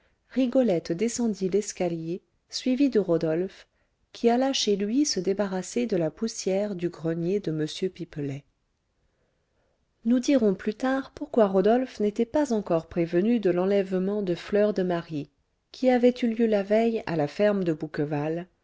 rigolette descendit l'escalier suivie de rodolphe qui alla chez lui se débarrasser de la poussière du grenier de m pipelet nous dirons plus tard pourquoi rodolphe n'était pas encore prévenu de l'enlèvement de fleur de marie qui avait eu lieu la veille à la ferme de bouqueval